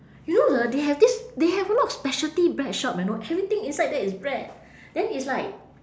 you know the they have this they have a lot of specialty bread shop you know everything inside there is bread then it's like